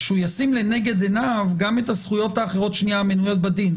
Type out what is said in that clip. שהוא ישים לנגד עיניו גם את הזכויות האחרות המנויות בדין.